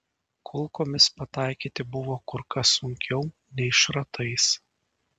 kulkomis pataikyti buvo kur kas sunkiau nei šratais